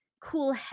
cool